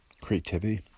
Creativity